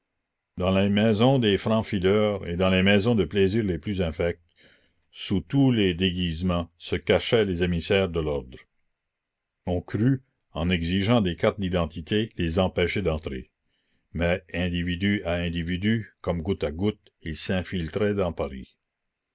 dans les maisons des francs fileurs et dans les maisons de plaisir les plus infectes sous tous les déguisements se cachaient les émissaires de l'ordre on crut en exigeant des cartes d'identité les empêcher d'entrer mais individu à individu comme goutte à goutte ils s'infiltraient dans paris